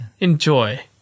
Enjoy